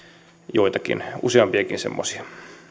joitakin useampiakin semmoisia